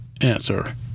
Answer